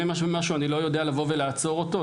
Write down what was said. משהו אני לא יודע לבוא ולעצור אותו,